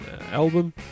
album